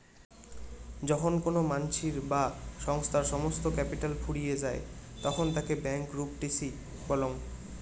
যখন কোনো মানসির বা সংস্থার সমস্ত ক্যাপিটাল ফুরিয়ে যায় তখন তাকে ব্যাংকরূপটিসি বলং